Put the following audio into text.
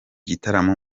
gitaramo